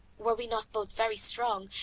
were we not both very strong,